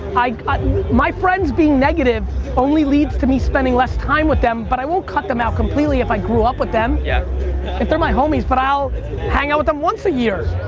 like but my friends being negative only leads to me spending less time with them, but i won't cut them out completely if i grew up with them. yeah if they're my homies, but i'll hang out with them once a year.